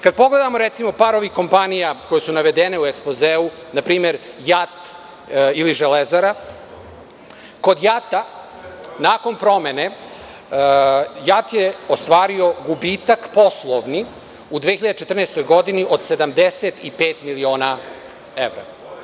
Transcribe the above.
Kada pogledamo recimo par ovih kompanija koje su navedene u ekspozeu, na primer JAT ili Železara, kod JAT-a nakon promene, JAT je ostvario gubitak poslovni u 2014. godini od 75 miliona evra.